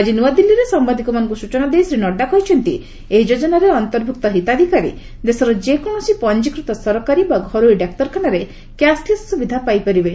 ଆଜି ନୂଆଦିଲ୍ଲୀରେ ସାମ୍ବାଦିକମାନଙ୍କୁ ସୂଚନା ଦେଇ ଶ୍ରୀ ନଡ୍ଡା କହିଛନ୍ତି ଏହି ଯୋଜନାରେ ଅନ୍ତର୍ଭୁକ୍ତ ହିତାଧିକାରୀ ଦେଶର ଯେକୌଣସି ଫଟ୍ଟିକୃତ ସରକାରୀ ବା ଘରୋଇ ଡାକ୍ତରଖାନାରେ କ୍ୟାଶ୍ଲେସ୍ ସୁବିଧା ପାଇପାରିବେ